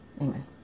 Amen